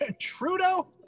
Trudeau